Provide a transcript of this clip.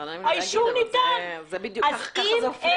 לא נעים לי להגיד, אבל כך זה עובד.